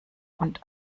und